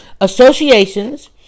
associations